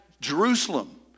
Jerusalem